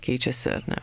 keičiasi ar ne